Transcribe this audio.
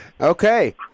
Okay